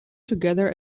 together